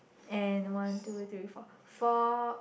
and one two three four four